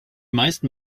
meisten